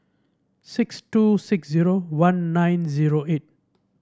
six two six zero one nine zero eight